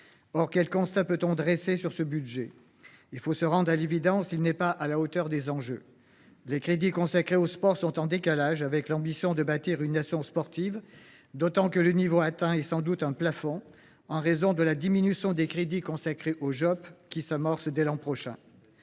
Quel constat dresser sur ce budget ? Il faut se rendre à l’évidence : il n’est pas à la hauteur des enjeux. Les crédits consacrés au sport sont en décalage avec l’ambition de bâtir une « nation sportive », d’autant que le niveau atteint est sans doute un plafond, en raison de la diminution des crédits consacrés aux JOP qui s’amorce dès l’an prochain.